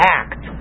act